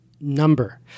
number